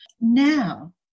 Now